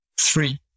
three